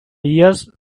years